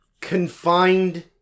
confined